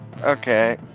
Okay